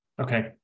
Okay